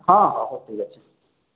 ହଁ ହଉ ହଉ ଠିକ୍ ଅଛି